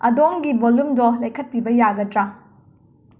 ꯑꯗꯣꯝꯒꯤ ꯕꯣꯂꯨꯝꯗꯣ ꯂꯩꯈꯠꯄꯤꯕ ꯌꯥꯒꯗ꯭ꯔꯥ